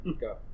Go